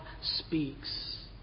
speaks